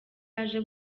aje